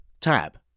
tab